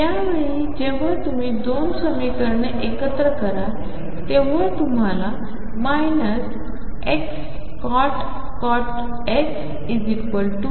या वेळी जेव्हा तुम्ही दोन समीकरणे एकत्र कराल तेव्हा तुम्हाला मिळेल Xcot X Y